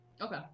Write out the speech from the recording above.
Okay